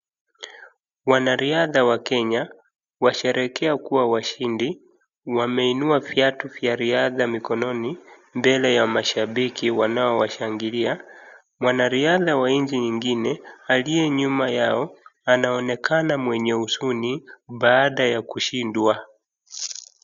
wanariadha wa Kenya washerehekea kuwa washindi. Wameinua viatu vya riadha mikononi mbele ya mashabiki wanaowashangilia. Mwanariadha wa nchi nyingine aliyenyuma yao anaonekana mwenye huzuni baada ya kushindwa.